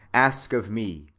ask of me,